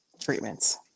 treatments